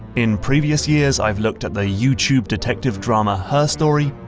in previous years i've looked at the youtube detective drama her story,